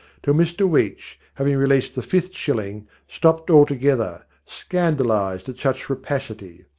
till mr weech, having released the fifth shilling, stopped altogether, scandalised at such rapacity.